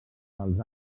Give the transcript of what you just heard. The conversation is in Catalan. dels